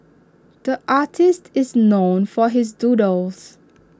the artist is known for his doodles